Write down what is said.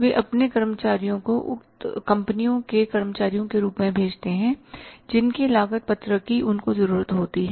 वे अपने कर्मचारियों को उक्त कंपनी के कर्मचारियों के रूप में भेजते हैं जिनकी लागत पत्रक कि उनको जरूरत होती है